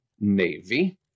Navy